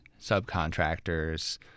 subcontractors